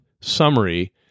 summary